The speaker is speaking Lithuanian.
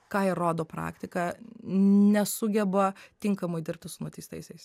ką ir rodo praktika nesugeba tinkamai dirbti su nuteistaisiais